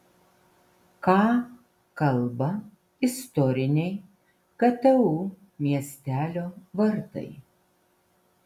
ką kalba istoriniai ktu miestelio vartai